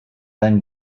than